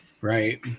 right